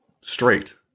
straight